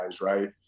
right